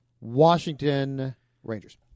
Washington-Rangers